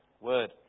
word